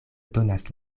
donas